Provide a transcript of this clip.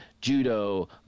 judo